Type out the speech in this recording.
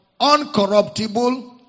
uncorruptible